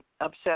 upset